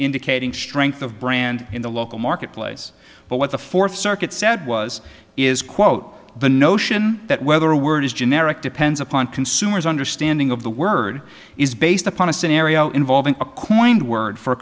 indicating strength of brand in the local marketplace but what the fourth circuit said was is quote the notion that whether a word is generic depends upon consumers understanding of the word is based upon a scenario involving a coin word for